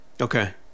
okay